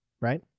right